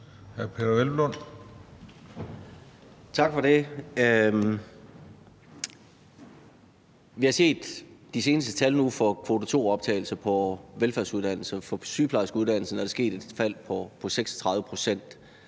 Hvelplund (EL): Tak for det. Vi har nu set de seneste tal for kvote 2-optagelse på velfærdsuddannelser, og for sygeplejerskeuddannelsen er der sket et fald på 36 pct.